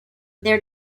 their